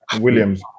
Williams